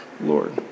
Lord